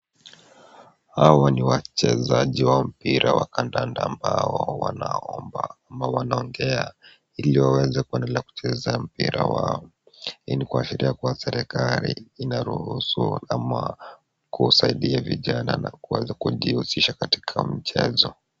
Hawa ni wachezaji wa mpira wa kandanda ambao wanaomba ama wanaongea ili waweze kuendelea kucheza mpira wao. Hii kuashiria kuwa serikali inaruhusu ama kusaidia vijana kuweza kujihusisha katika michezo.